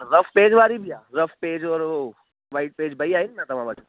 रफ़ page वारी बि आहे रफ़ पेज वारो व्हाइट पेज ॿई आहे न तव्हां वटि